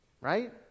Right